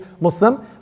Muslim